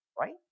Right